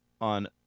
on